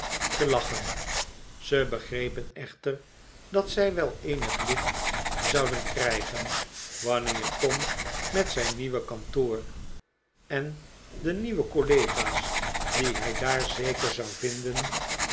te lachen zij begrepen echter dat zij wel eenig licht zouden krijgen wanneer tom met zijn nieuwe kantoor en de nieuwe collega's die hij daar zeker zou vinden